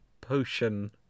potion